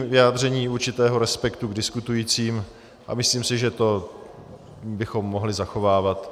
Je to i vyjádření určitého respektu k diskutujícím a myslím si, že to bychom mohli zachovávat.